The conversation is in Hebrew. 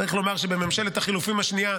צריך לומר שבממשלת החילופים השנייה,